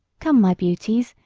come, my beauties,